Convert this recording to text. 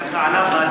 ככה עלה בדיון בוועדת,